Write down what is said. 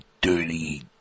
dirty